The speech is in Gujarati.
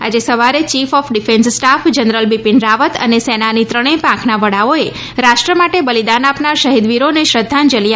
આજે સવારે chief of defence staff general Bipin Rawat અને સેનાની ત્રણેય પાંખના વડાઓએ રાષ્ટ્ર માટે બલિદાન આપનાર શહીદવીરોને શ્રદ્ધાંજલી આપી હતી